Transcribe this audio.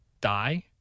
die